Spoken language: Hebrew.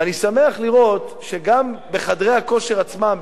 ואני שמח לראות שגם בחדרי הכושר עצמם,